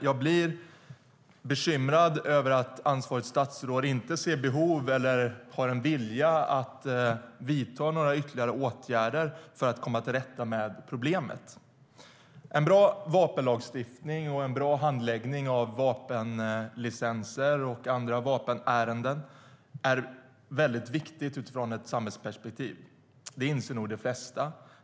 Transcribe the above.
Jag blir dock bekymrad över att ansvarigt statsråd inte ser behov av eller inte har någon vilja att vidta några ytterligare åtgärder för att komma till rätta med problemet. En bra vapenlagstiftning och en bra handläggning av vapenlicenser och andra vapenärenden är väldigt viktigt utifrån ett samhällsperspektiv. Det inser nog de flesta.